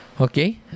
Okay